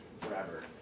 forever